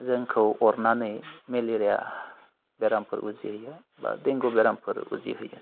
जोंखौ अरनानै मेलेरिया बेरामफोर उजि हायो बा देंगु बेरामफोर उजि होयो